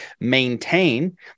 maintain